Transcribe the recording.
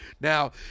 Now